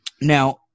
Now